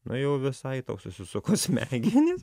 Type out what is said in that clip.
na jau visai tau susisuko smegenys